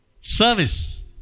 service